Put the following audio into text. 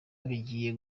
bigiye